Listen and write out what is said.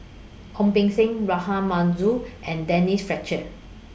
Ong Beng Seng Rahayu Mahzam and Denise Fletcher